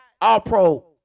all-pro